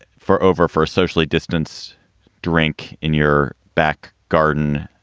for over first socially distance drink in your back garden.